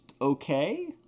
okay